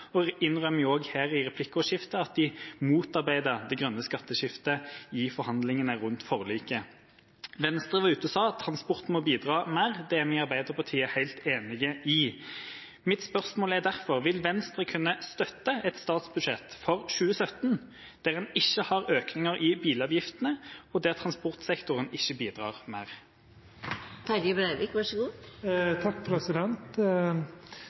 de innrømmet også her i replikkordskiftet at de motarbeidet det grønne skatteskiftet i forhandlingene rundt forliket. Venstre var ute og sa at transport må bidra mer, og det er vi i Arbeiderpartiet helt enig i. Mitt spørsmål er derfor: Vil Venstre kunne støtte et statsbudsjett for 2017 der en ikke har økninger i bilavgiftene, og der transportsektoren ikke bidrar mer?